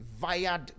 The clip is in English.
via